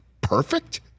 perfect